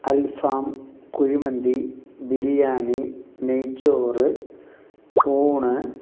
അൽഫാം കുഴിമന്തി ബിരിയാണി നെയ്ച്ചോറ് ഊണ്